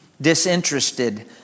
disinterested